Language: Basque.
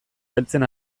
beltzen